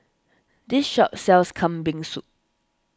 this shop sells Kambing Soup